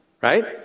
Right